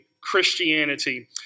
Christianity